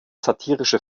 satirische